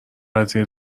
قضیه